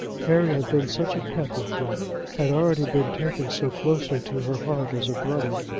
harry had been such a pet with her had already been taken so closely to her heart as a brother!